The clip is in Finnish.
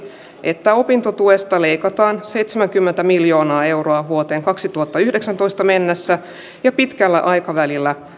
että opintotuesta leikataan seitsemänkymmentä miljoonaa euroa vuoteen kaksituhattayhdeksäntoista mennessä ja pitkällä aikavälillä